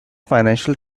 financial